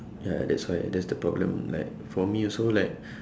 ya that's why that's the problem like for me also like